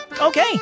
Okay